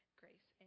grace